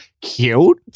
Cute